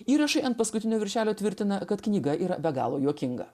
įrašai ant paskutinio viršelio tvirtina kad knyga yra be galo juokinga